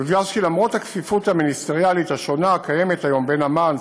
יודגש כי למרות הכפיפות המיניסטריאלית השונה הקיימת היום: אמ"ן,